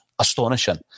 Astonishing